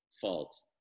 fault